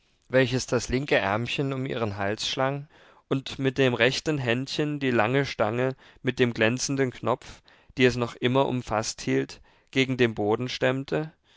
welches das linke ärmchen um ihren hals schlang und mit dem rechten händchen die lange stange mit dem glänzenden knopf die es noch immer umfaßt hielt gegen den boden stemmte